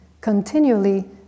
Continually